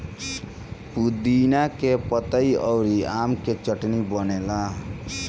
पुदीना के पतइ अउरी आम के चटनी बनेला